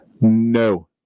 No